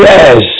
Yes